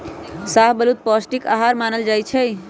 शाहबलूत पौस्टिक अहार मानल जाइ छइ